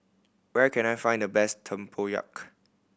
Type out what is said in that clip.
where can I find the best tempoyak